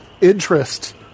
interest